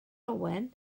owen